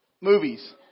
movies